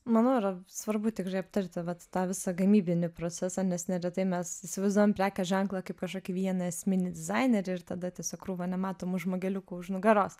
manau yra svarbu tikrai aptarti vat tą visą gamybinį procesą nes neretai mes įsivaizduojam prekės ženklą kaip kažkokį vieną esminį dizainerį ir tada tiesiog krūvą nematomų žmogeliukų už nugaros